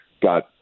got